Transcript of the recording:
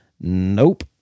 nope